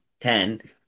ten